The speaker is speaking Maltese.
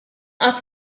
qatt